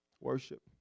worship